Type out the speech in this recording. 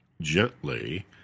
gently